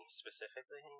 specifically